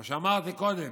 מה שאמרתי קודם,